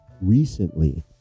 recently